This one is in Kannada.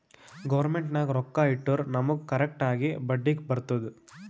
ಗೌರ್ಮೆಂಟ್ ನಾಗ್ ರೊಕ್ಕಾ ಇಟ್ಟುರ್ ನಮುಗ್ ಕರೆಕ್ಟ್ ಆಗಿ ಬಡ್ಡಿ ಬರ್ತುದ್